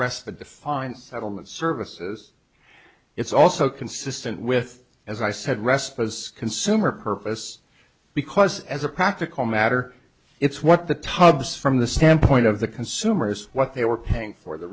rest that defines settlement services it's also consistent with as i said rest as consumer purpose because as a practical matter it's what the tub's from the standpoint of the consumers what they were paying for the